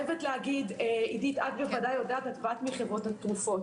עידית, את באת מחברות התרופות.